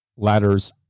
ladders